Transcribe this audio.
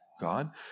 God